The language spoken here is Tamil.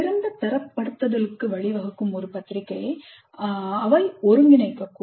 சிறந்த தரப்படுத்தலுக்கு வழிவகுக்கும் ஒரு பத்திரிகையை அவை ஒருங்கிணைக்கக்கூடும்